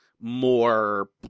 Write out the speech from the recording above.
more